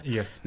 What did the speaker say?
Yes